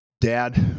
dad